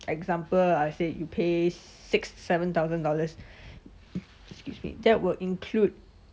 example I said you pay six seven thousand dollars excuse me that will include